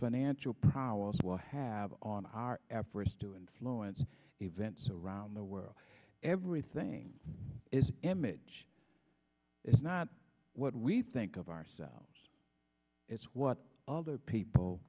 financial prowess will have on our efforts to influence events around the world everything is image it's not what we think of ourselves it's what other people